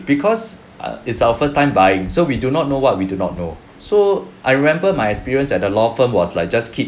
because err it's our first time buying so we do not know what we do not know so I remember my experience at the law firm was like just keep